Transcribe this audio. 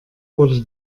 wurde